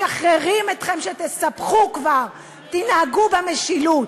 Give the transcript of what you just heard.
משחררים אתכם שתספחו כבר, תנהגו במשילות,